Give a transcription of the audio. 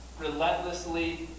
relentlessly